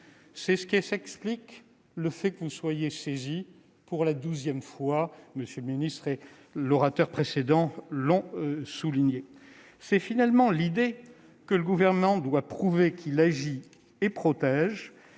? Voilà qui explique que vous soyez saisis pour la douzième fois, mes chers collègues ; M. le ministre et l'orateur précédent l'ont souligné. C'est finalement l'idée que le Gouvernement doit prouver qu'il agit et protège